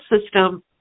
system